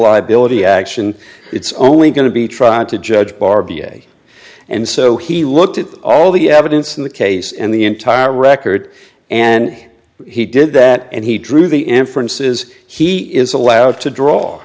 liability action it's only going to be tried to judge barbie and so he looked at all the evidence in the case and the entire record and he did that and he drew the inference is he is allowed to draw